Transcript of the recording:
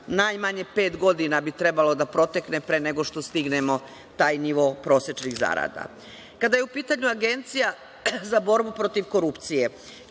najmanje pet godina bi trebalo da protekne pre nego što stignemo taj nivo prosečnih zarada. Kada je u pitanju Agencija za borbu protiv korupcije,